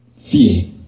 Fear